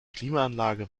klimaanlage